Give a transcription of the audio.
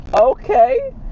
Okay